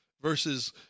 versus